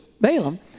Balaam